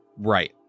Right